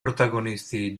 protagonisti